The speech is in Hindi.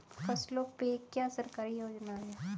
फसलों पे क्या सरकारी योजना है?